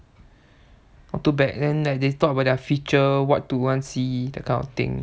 not too bad then like they talk about their feature what do one see that kind of thing